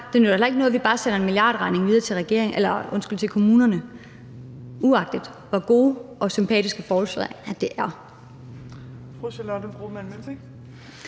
at det heller ikke nytter noget, at vi bare sender en milliardregning videre til kommunerne, uagtet hvor gode og sympatiske forslag det er.